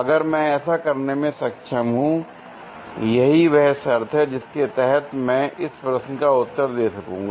अगर मैं ऐसा करने में सक्षम हूं यही वह शर्त है जिसके तहत मैं इस प्रश्न का उत्तर दे सकूंगा